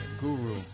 Guru